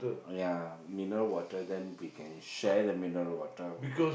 ya mineral water then we can share the mineral water